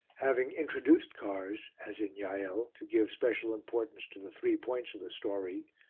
having introduced cars, as in jael, to give special importance to the three points of the story,